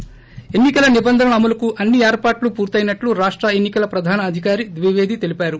ి ఎన్నికల నిబంధనల అమలుకు అన్ని ఏర్పాట్లు పూర్తయినట్లు రాష్ట ఎన్నికల ప్రధాన అధికారి ద్విపేది తెలిపారు